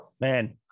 man